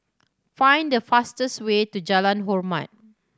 find the fastest way to Jalan Hormat